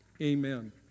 Amen